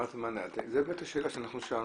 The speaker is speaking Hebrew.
זו השאלה ששאלנו.